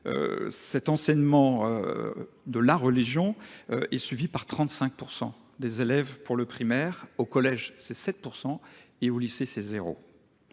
cet enseignement de la religion est suivi par 35% des élèves pour le primaire, au collège c'est 7% et au lycée c'est